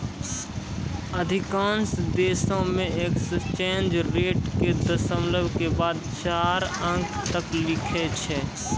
अधिकांश देशों मे एक्सचेंज रेट के दशमलव के बाद चार अंक तक लिखै छै